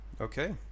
okay